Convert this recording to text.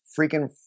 freaking